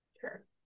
Sure